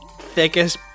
thickest